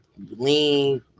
Lean